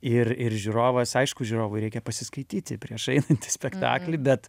ir ir žiūrovas aišku žiūrovui reikia pasiskaityti prieš einant į spektaklį bet